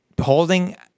holding